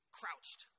crouched